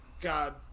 God